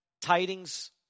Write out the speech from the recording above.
tidings